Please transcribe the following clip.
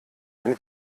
wenn